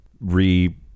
re